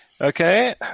Okay